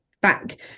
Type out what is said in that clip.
back